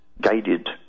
guided